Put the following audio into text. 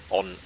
on